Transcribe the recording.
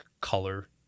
color